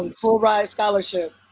and full ride scholarship.